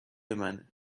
منه